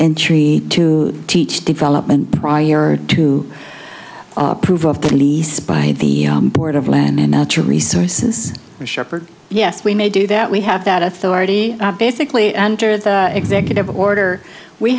entry to teach development prior to approve of the lease by the board of land and natural resources to shepherd yes we may do that we have that authority basically under the executive order we